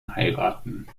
heiraten